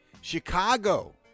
Chicago